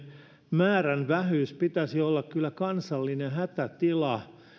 määrän vähyyden pitäisi olla kyllä kansallinen hätätila